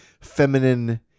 feminine